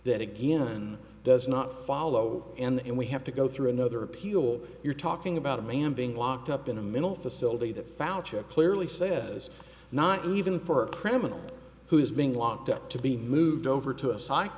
that again and does not follow and we have to go through another appeal you're talking about a man being locked up in a mental facility that found chip clearly says not even for a criminal who is being locked up to be moved over to a psych